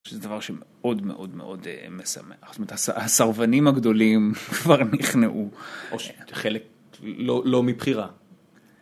זה דבר שמאוד מאוד מאוד משמח, זאת אומרת הסרבנים הגדולים כבר נכנעו, חלק לא מבחירה.